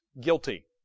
guilty